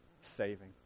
saving